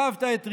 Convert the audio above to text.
רבת את ריבם,